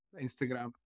Instagram